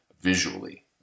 visually